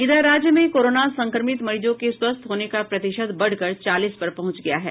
इधर राज्य में कोरोना संक्रमित मरीजों के स्वस्थ होने का प्रतिशत बढ़कर चालीस पर पहुंच गया है